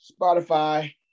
Spotify